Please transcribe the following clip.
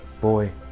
boy